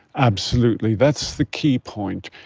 absolutely, that's the key point,